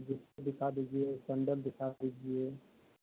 दिखा दीजिए सेन्डल दिखा दीजिए